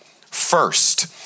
first